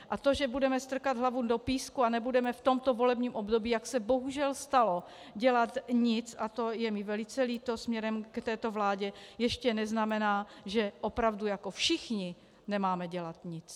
A to, že budeme strkat hlavu do písku a nebudeme v tomto volebním období, jak se bohužel stalo, dělat nic, a to je mi velice líto vzhledem k této vládě, ještě neznamená, že opravdu všichni nemáme dělat nic.